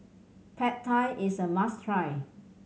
Pad Thai is a must try